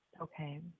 Okay